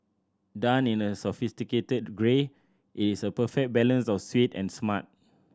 done in a sophisticated grey it is a perfect balance of sweet and smart